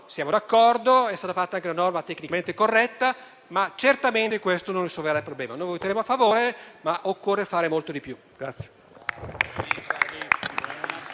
siamo d'accordo, è stata fatta anche una norma tecnicamente corretta: ma certamente questo non risolverà il problema. Per tali ragioni, voteremo a favore, ma occorre fare molto di più.